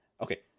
Okay